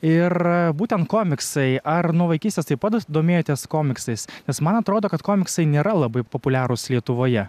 ir būtent komiksai ar nuo vaikystės taip pat domėjotės komiksais nes man atrodo kad komiksai nėra labai populiarūs lietuvoje